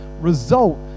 result